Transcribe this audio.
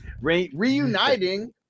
Reuniting